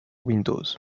windows